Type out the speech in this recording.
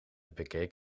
bekeek